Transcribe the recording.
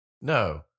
No